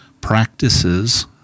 practices